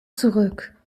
zurück